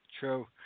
True